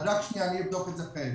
אז רק שנייה, אני אבדוק את זה כעת.